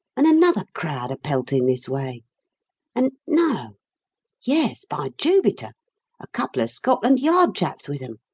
and another crowd a-pelting this way and no yes, by jupiter a couple of scotland yard chaps with em.